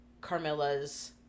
Carmilla's